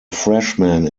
freshman